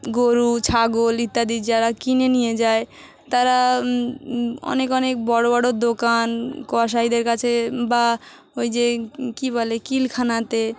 গরু ছাগল ইত্যাদি যারা কিনে নিয়ে যায় তারা অনেক অনেক বড় বড় দোকান কসাইদের কাছে বা ওই যে কী বলে কিলখানাতে